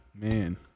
Man